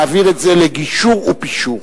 מעביר את זה לגישור ופישור.